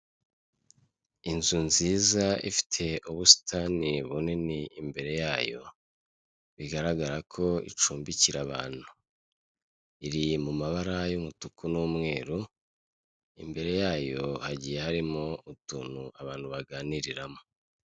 Inzu nziza, ifite ubusitani imbere bunini yayo, bigaragara ko icumbikira abantu. Iri mu mabara y'umutuku y'umweru, imbere yayo hagiye harimo utuntu abantu baganiriramo.